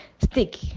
stick